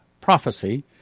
prophecy